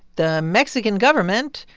the mexican government,